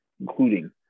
including